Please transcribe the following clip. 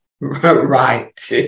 right